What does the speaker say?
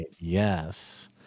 yes